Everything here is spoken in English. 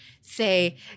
say